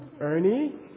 Ernie